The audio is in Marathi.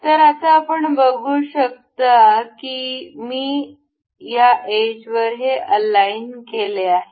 तर आता आपण बघू शकता की या एजवर हे अलाइन केले आहे